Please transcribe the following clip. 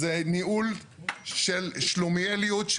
זה ניהול של שלומיאליות,